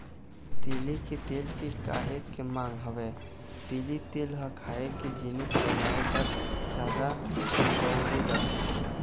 तिली के तेल के काहेच के मांग हवय, तिली तेल ह खाए के जिनिस बनाए बर जादा बउरे जाथे